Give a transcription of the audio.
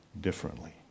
differently